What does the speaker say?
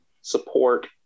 support